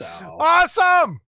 Awesome